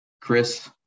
Chris